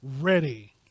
ready